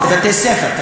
זה בתי-ספר,